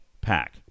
pack